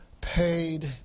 Paid